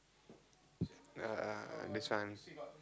uh this one